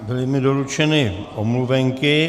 Byly mi doručeny omluvenky.